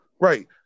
Right